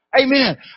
Amen